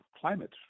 climate